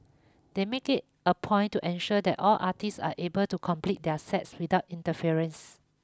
they make it a point to ensure that all artists are able to complete their sets without interference